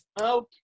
Okay